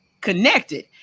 connected